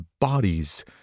bodies